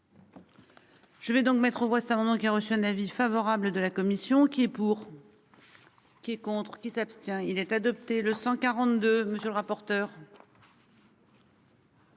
Je vais donc mettre aux voix sa maman qui a reçu un avis favorable de la commission qui est pour. Qui est contre qui s'abstient il est adopté le 142 monsieur le rapporteur.